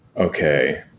Okay